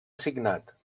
assignat